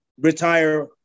retire